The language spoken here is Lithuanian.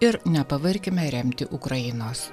ir nepavarkime remti ukrainos